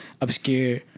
obscure